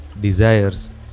desires